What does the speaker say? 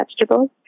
vegetables